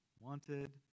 Wanted